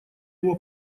его